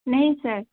नहीं सर